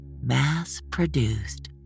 mass-produced